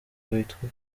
witwa